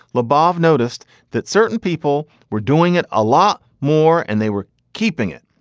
labov noticed that certain people were doing it a lot more and they were keeping it.